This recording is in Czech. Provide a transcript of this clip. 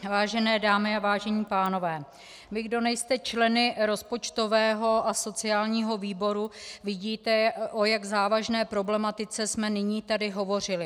Vážené dámy a vážení pánové, vy, kdo nejste členy rozpočtového a sociálního výboru, vidíte, o jak závažné problematice jsme nyní hovořili.